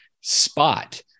spot